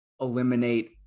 eliminate